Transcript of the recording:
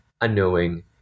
unknowing